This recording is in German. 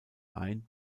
ein